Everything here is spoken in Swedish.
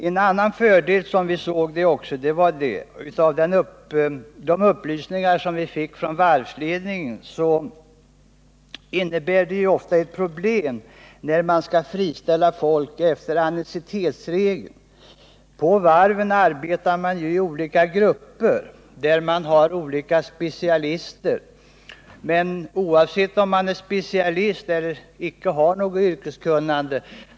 En annan fördel är, som vi såg det och enligt de upplysningar som vi fick från varvsledningen, att det ofta är problem förknippade med att friställa folk efter anciennitetsregeln. Man arbetar på varven i grupper, i vilka ingår specialister. Anciennitetsregeln gäller emellertid oavsett om den anställde är specialist eller icke har något yrkeskunnande.